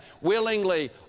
WILLINGLY